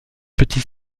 petite